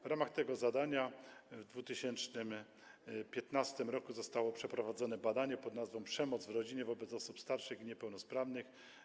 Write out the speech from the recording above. W ramach tego zadania w 2015 r. zostało przeprowadzone badanie pod nazwą: przemoc w rodzinie wobec osób starszych i niepełnosprawnych.